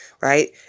Right